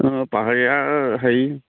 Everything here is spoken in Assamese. অঁ পাহাৰীয়া হেৰি